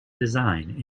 design